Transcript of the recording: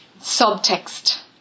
subtext